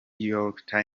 york